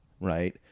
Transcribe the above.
right